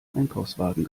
einkaufswagen